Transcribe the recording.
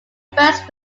first